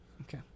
Okay